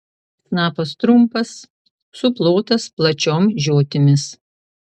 snapas trumpas suplotas plačiom žiotimis